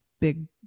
big